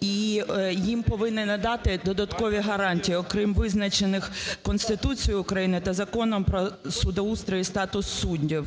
і їм повинні надати додаткові гарантії, окрім визначених Конституцією України та Законом "Про судоустрій і статус суддів".